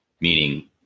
Meaning